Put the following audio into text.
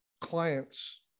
clients